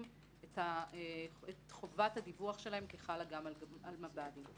את חובת הדיווח שלהם כחלה גם על מב"דים.